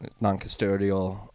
non-custodial